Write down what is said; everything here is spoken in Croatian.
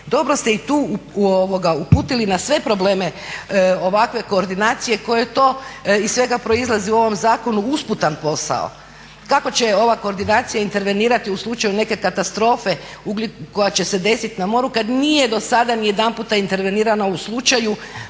dobro ste i tu uputili na sve probleme ovakve koordinacije koja to iz svega proizlazi u ovom zakonu usputan posao. Kako će ova koordinacija intervenirati u slučaju neke katastrofe koja će se desiti na moru kada do sada nijedanput nije intervenirala u slučaju